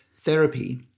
therapy